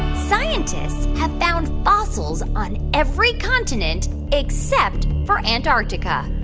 scientists have found fossils on every continent except for antarctica?